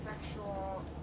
sexual